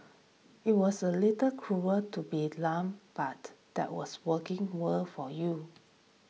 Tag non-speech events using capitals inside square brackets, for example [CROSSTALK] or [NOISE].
it was a little cruel to be [UNINTELLIGIBLE] but that was working world for you